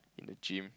in the gym